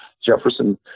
Jefferson